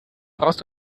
brauchst